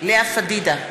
לאה פדידה,